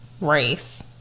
race